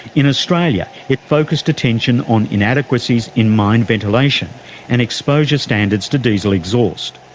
in australia, it focussed attention on inadequacies in mine ventilation and exposure standards to diesel exhaust.